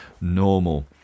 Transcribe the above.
normal